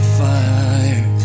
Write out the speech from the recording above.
fire